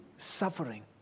suffering